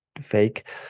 fake